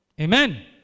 Amen